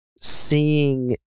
seeing